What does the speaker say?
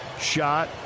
shot